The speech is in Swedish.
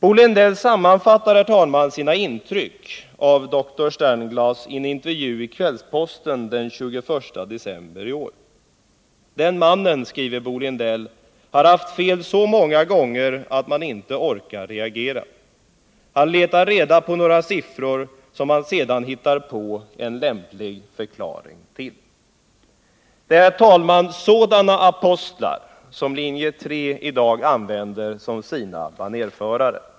Bo Lindell sammanfattade sina intryck av doktor Sternglass vid en intervju i Kvällsposten den 21 december i år: ”Den mannen”, sade Bo Lindell, ”har haft fel så många gånger att man inte orkar reagera. Han letar reda på några siffror som han sedan hittar på en lämplig förklaring till.” Det är, herr talman, sådana apostlar som linje 3 i dag använder som sina banérförare.